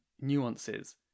nuances